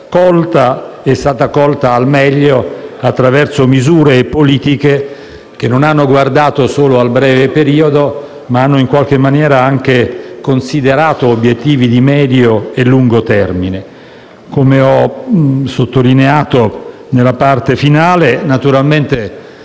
sia stata colta al meglio attraverso misure e politiche che non hanno solo guardato al breve periodo, ma hanno anche considerato obiettivi di medio e lungo termine. Come ho sottolineato nella parte finale della mia